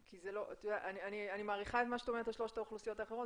אני מעריכה את מה שאת אומרת על שלושת האוכלוסיות האחרות,